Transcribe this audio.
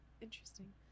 Interesting